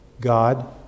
God